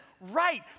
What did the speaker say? Right